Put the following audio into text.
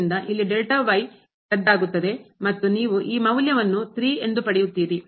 ಆದ್ದರಿಂದ ಇಲ್ಲಿ ರದ್ದಾಗುತ್ತದೆ ಮತ್ತು ನೀವು ಈ ಮೌಲ್ಯವನ್ನು 3 ಎಂದು ಪಡೆಯುತ್ತೀರಿ